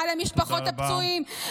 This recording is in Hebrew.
רע למשפחות הפצועים,